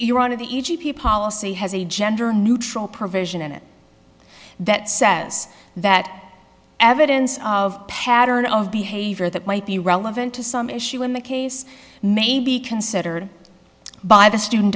of the g p policy has a gender neutral provision in it that says that evidence of a pattern of behavior that might be relevant to some issue in the case may be considered by the student